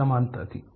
fracture bane or boon